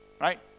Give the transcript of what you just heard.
Right